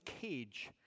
cage